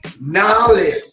Knowledge